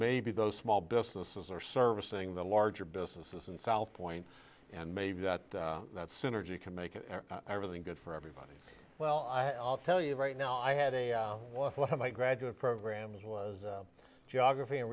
maybe those small businesses are servicing the larger businesses and southpoint and maybe that synergy can make it a really good for everybody well i'll tell you right now i had a was one of my graduate programs was geography and